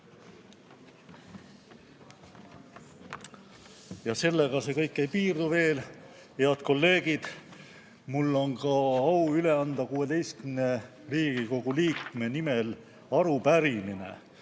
Aga sellega see kõik veel ei piirdu. Head kolleegid, mul on ka au üle anda 16 Riigikogu liikme nimel arupärimine,